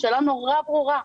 שאלה נורא ברורה.